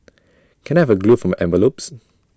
can I have A glue for my envelopes